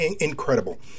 Incredible